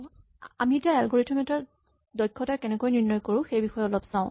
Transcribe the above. এতিয়া আমি এলগৰিথম এটাৰ দক্ষতা কেনেকৈ নিৰ্ণয় কৰো সেই বিষয়ে অলপ চাওঁ